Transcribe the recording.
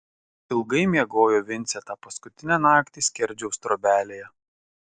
ilgai miegojo vincė tą paskutinę naktį skerdžiaus trobelėje